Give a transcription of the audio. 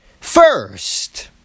first